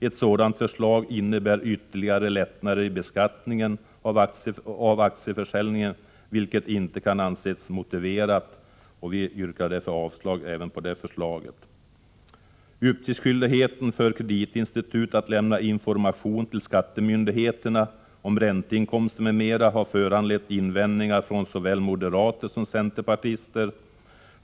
Ett sådant förslag innebär ytterligare lättnader i beskattningen av aktieförsäljningen, vilket inte kan anses motiverat. Vi yrkar därför avslag även på det förslaget. Skyldigheten för kreditinstitut att lämna information till skattemyndigheterna om ränteinkomster m.m. har föranlett invändningar från såväl moderater som centerpartister.